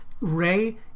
ray